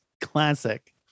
Classic